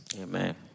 Amen